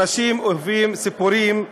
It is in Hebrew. אנשים אוהבים סיפורים.